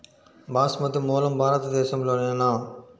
బాస్మతి మూలం భారతదేశంలోనా?